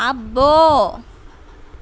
అబ్బో